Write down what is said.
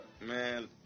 Man